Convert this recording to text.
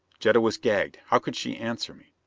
jetta was gagged how could she answer me?